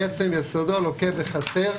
מעצם יסודו, לוקה בחסר.